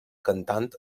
cantant